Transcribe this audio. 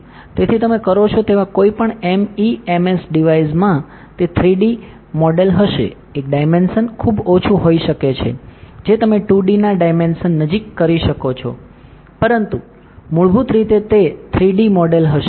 તેથી તમે કરો છો તેવા કોઈપણ MEMS ડિવાઇસમાં તે 3D મોડેલ હશે એક ડાયમેન્સન ખૂબ ઓછું હોઈ શકે છે જે તમે 2D ના ડાયમેન્સન નજીક કરી શકો છો પરંતુ મૂળભૂત રીતે તે 3D મોડેલ હશે